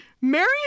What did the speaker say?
Mary